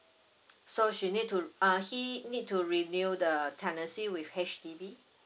so she need to uh he need to renew the tendency with H_D_B